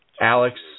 Alex